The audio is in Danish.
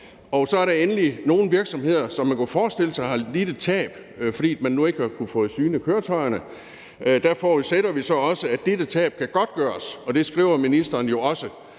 Så er der endelig nogle virksomheder, som man kunne forestille sig har lidt et tab, fordi de nu ikke har kunnet få synet køretøjerne, og der forudsætter vi så også, at dette tab kan godtgøres. Det skriver ministeren jo også